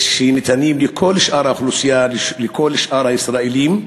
שניתנות לכל שאר האוכלוסייה, לכל שאר הישראלים,